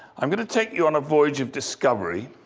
i'm going to take you on a voyage of discovery.